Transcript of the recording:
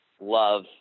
love